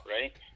right